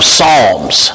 Psalms